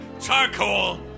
charcoal